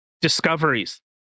discoveries